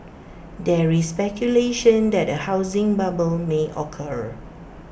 there is speculation that A housing bubble may occur